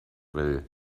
will